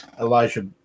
Elijah